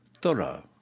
thorough